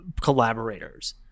collaborators